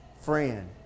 friend